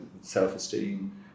self-esteem